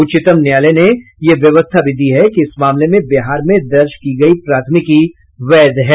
उच्चतम न्यायालय ने यह व्यवस्था भी दी है कि इस मामले में बिहार में दर्ज की गई प्राथमिकी वैध है